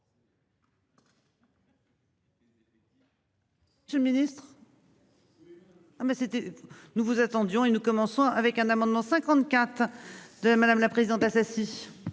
mais c'était nous vous attendions et nous commençons avec un amendement 54. De madame la présidente Assassi.